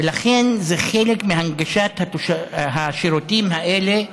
ולכן זה חלק מהנגשת השירותים האלה.